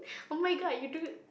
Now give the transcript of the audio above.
oh-my-god you dude